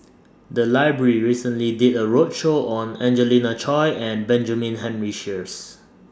The Library recently did A roadshow on Angelina Choy and Benjamin Henry Sheares